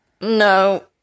No